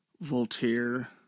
Voltaire